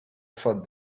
thought